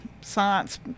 science